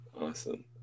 Awesome